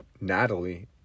Natalie